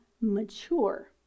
mature